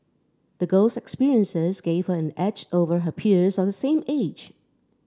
the girl's experiences gave her an edge over her peers of the same age